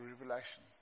revelation